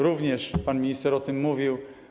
Również pan minister o tym mówił.